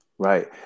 Right